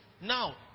Now